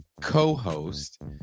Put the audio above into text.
co-host